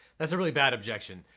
that's a really bad objection.